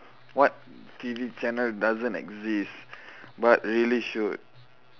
what T_V channel doesn't exist but really should